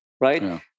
right